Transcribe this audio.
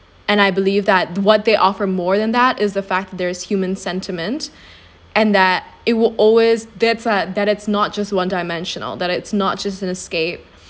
and I believe that what they offer more than that is the fact there is human sentiment and that it will always that side that is not just one dimensional that is not just an escape